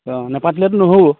অঁ নেপাতিলেতো নহ'ব